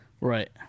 Right